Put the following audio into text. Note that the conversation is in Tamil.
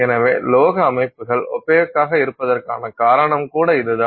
எனவே உலோக அமைப்புகள் ஒப்பேக்காக இருப்பதற்கான காரணம்கூட இது தான்